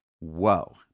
Whoa